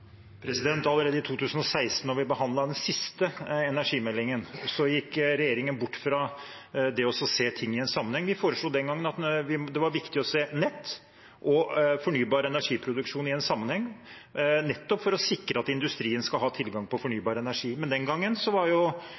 Allerede i 2016, da vi behandlet den siste energimeldingen, gikk regjeringen bort fra å se ting i en sammenheng. Vi mente den gangen at det var viktig å se nett og fornybar energiproduksjon i en sammenheng nettopp for å sikre at industrien har tilgang på fornybar energi. Men den gangen var